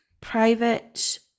Private